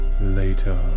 Later